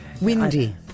Windy